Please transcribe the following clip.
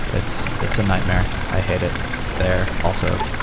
it's it's a nightmare. i hate it there also.